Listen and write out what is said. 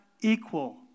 equal